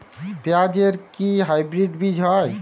পেঁয়াজ এর কি হাইব্রিড বীজ হয়?